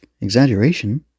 Exaggeration